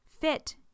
fit